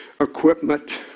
equipment